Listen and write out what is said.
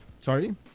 Sorry